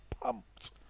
pumped